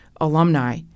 alumni